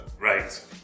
Right